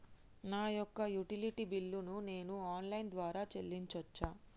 నా యొక్క utility bill ను నేను ఆన్ లైన్ ద్వారా చెల్లించొచ్చా?